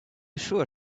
sure